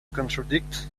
contradict